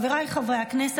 עשרה בעד,